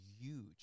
huge